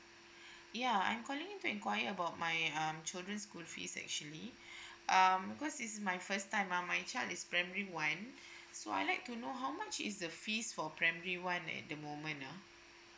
ya I'm calling to inquire about my um children school fees actually um cause is my first time uh my child is primary one so I like to know how much is the fees for primary one at the moment ah